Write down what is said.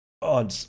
on